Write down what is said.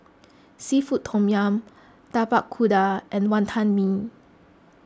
Seafood Tom Yum Tapak Kuda and Wantan Mee